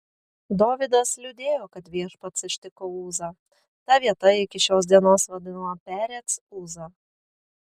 dovydas liūdėjo kad viešpats ištiko uzą ta vieta iki šios dienos vadinama perec uza